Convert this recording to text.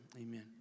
amen